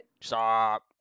Stop